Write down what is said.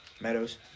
Meadows